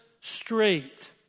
straight